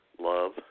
Love